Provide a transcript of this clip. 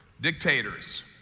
dictators